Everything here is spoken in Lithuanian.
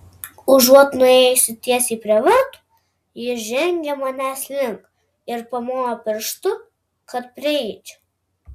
užuot nuėjusi tiesiai prie vartų ji žengė manęs link ir pamojo pirštu kad prieičiau